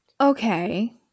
Okay